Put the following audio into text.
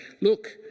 look